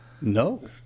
no